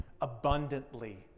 abundantly